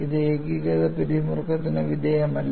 ഇത് ഏകീകൃത പിരിമുറുക്കത്തിന് വിധേയമല്ല